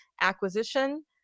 acquisition